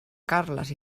carles